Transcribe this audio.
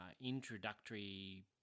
introductory